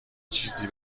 چیزی